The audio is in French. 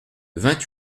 vingt